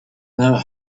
never